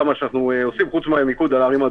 אבל העניין הוא שגם בספארי וגם במקומות אחרים,